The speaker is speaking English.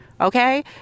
okay